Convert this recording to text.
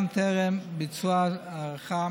גם טרם ביצוע הערכה